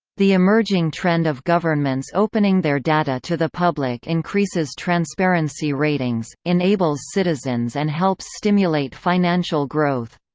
the emerging trend of governments opening their data to the public increases transparency ratings, enables citizens and helps stimulate financial growth.